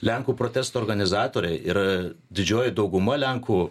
lenkų protesto organizatoriai ir didžioji dauguma lenkų